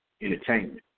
entertainment